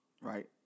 Right